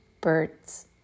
Birds